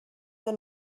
the